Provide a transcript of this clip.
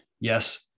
yes